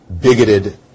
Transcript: bigoted